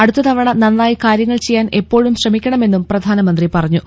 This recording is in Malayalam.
അടുത്ത തവണ നന്നായി കാര്യങ്ങൾ ചെയ്യാൻ എപ്പോഴും ശ്രമിക്കണമെന്നും പ്രധാനമന്ത്രി പറഞ്ഞു